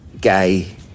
gay